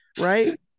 Right